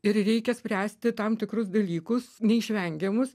ir reikia spręsti tam tikrus dalykus neišvengiamus